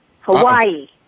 Hawaii